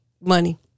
money